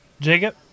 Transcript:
Jacob